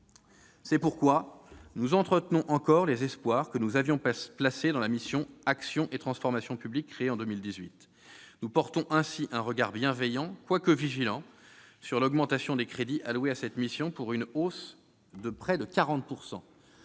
C'est pourquoi nous entretenons encore les espoirs que nous avions placés dans la mission « Action et transformation publiques », créée en 2018. Nous portons ainsi un regard bienveillant, quoique vigilant, sur l'augmentation de près de 40 % des crédits qui lui sont alloués.